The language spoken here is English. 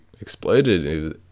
exploded